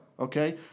Okay